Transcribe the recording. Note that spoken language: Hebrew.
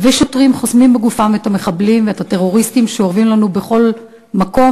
חוסמים בגופם את המחבלים ואת הטרוריסטים שאורבים לנו בכל מקום,